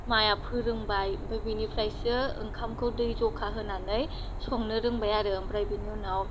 माया फोरोंबाय ओमफ्राय बिनिफ्रायसो ओंखामखौ दै ज'खा होनानै संनो रोंबाय आरो ओमफ्राय बिनि उनाव